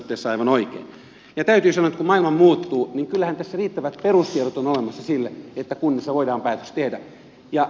täytyy sanoa että kun maailma muuttuu niin kyllähän tässä riittävät perustiedot ovat olemassa sille että kunnissa voidaan päätös tehdä